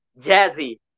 Jazzy